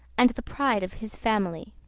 and the pride of his family.